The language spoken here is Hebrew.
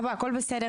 אבא, הכול בסדר.